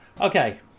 okay